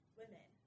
women